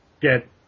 get